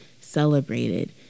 celebrated